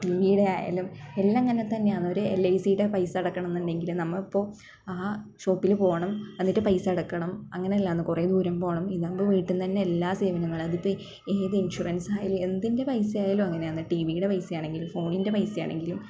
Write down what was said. T വിയുടെ ആയാലും എല്ലാം അങ്ങനെ തന്നെയാണ് ഒരു എൽ ഐ സിയുടെ പൈസ അടയ്ക്കണം എന്ന് ഉണ്ടെങ്കിലും നമ്മളിപ്പോൾ ആ ഷോപ്പിൽ പോവണം എന്നിട്ട് പൈസ അടയ്ക്കണം അങ്ങനെയെല്ലാം ആണ് കുറേ ദൂരം പോവണം ഇതാവുമ്പോൾ വീട്ടിൽ നിന്ന് തന്നെ എല്ലാ സേവനങ്ങളും അതിപ്പം ഏത് ഇൻഷുറൻസ് ആയാലും എന്തിൻ്റെ പൈസ ആയാലും അങ്ങനെയാണ് ടി വിയുടെ പൈസ ആണെങ്കിലും ഫോണിൻ്റെ പൈസ ആണെങ്കിലും